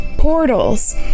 portals